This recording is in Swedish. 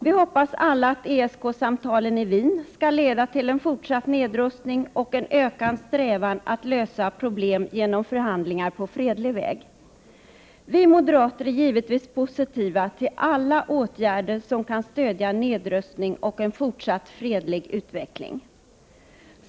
Vi hoppas alla att ESK-samtalen i Wien skall leda till en fortsatt nedrustning och en ökad strävan att lösa problem genom förhandlingar på fredlig väg. Vi moderater är givetvis positiva till alla åtgärder som kan stödja nedrustning och en fortsatt fredlig utveckling.